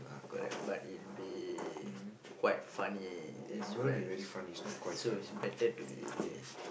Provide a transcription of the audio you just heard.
correct but it'll be quite funny as well so it's better to be